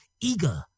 eager